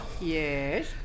Yes